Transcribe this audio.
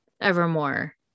Evermore